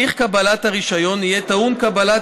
הליך קבלת הרישיון יהיה טעון קבלת